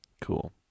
cool